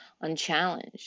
unchallenged